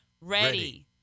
Ready